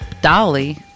Dolly